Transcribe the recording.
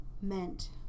meant